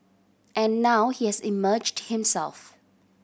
and now he has emerged himself